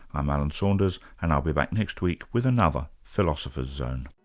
i'm alan saunders, and i'll be back next week with another philosopher's zone